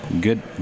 Good